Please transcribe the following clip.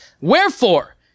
Wherefore